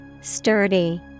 Sturdy